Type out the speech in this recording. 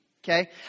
Okay